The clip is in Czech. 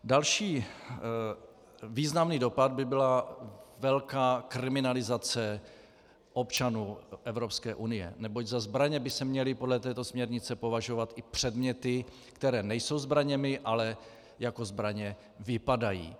Další významný dopad by byla velká kriminalizace občanů EU, neboť za zbraně by se měly podle této směrnice považovat i předměty, které nejsou zbraněmi, ale jako zbraně vypadají.